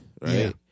right